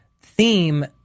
theme